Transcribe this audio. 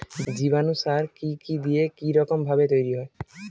জীবাণু সার কি কি দিয়ে কি রকম ভাবে তৈরি হয়?